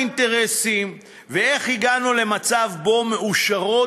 מה היו האינטרסים ואיך הגענו למצב שמאושרות,